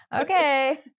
Okay